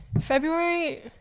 February